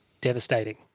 devastating